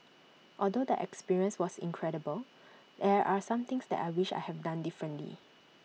although the experience was incredible there are some things that I wish I have done differently